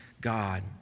God